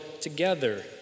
together